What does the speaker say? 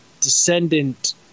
descendant